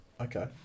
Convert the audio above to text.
okay